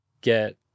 Get